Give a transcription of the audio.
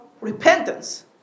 repentance